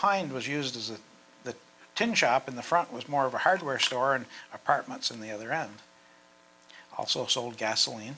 behind was used as the tin shop in the front was more of a hardware store and apartments on the other end also sold gasoline